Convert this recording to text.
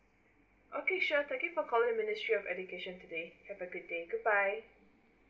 okay sure thank you for calling ministry of education today have a great day goodbye